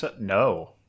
No